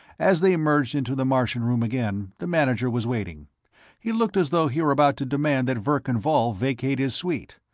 as they emerged into the martian room again, the manager was waiting he looked as though he were about to demand that verkan vall vacate his suite.